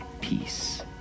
peace